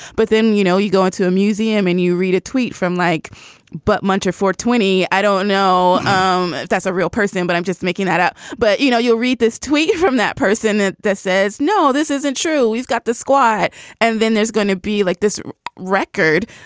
but then you know you go into a museum and you read a tweet from like but munch ah or twenty. i don't know um if that's a real person but i'm just making that up. but you know you'll read this tweet from that person and that says no this isn't true. we've got the squad and then there's going to be like this record.